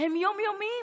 הם יום-יומיים.